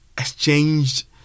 exchanged